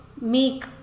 make